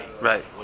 right